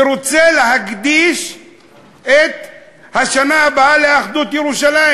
ורוצה להקדיש את השנה הבאה לאחדות ירושלים.